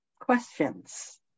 Questions